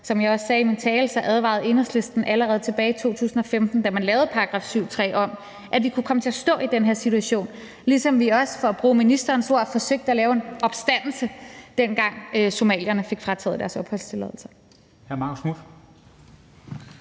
Som jeg også sagde i min tale, advarede Enhedslisten allerede tilbage i 2015, da man lavede § 7, stk. 3, om, at vi kunne komme til at stå i den her situation, ligesom vi også, for at bruge ministerens ord, forsøgte at lave en opstandelse, dengang somalierne fik frataget deres opholdstilladelse.